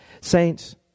Saints